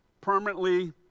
permanently